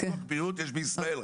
ביטוח בריאות יש רק בישראל.